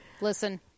Listen